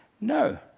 No